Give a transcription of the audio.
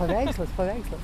paveikslas paveikslas